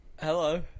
Hello